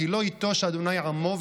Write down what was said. "כי לא יִטֹּשׁ ה' עמו,